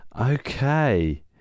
okay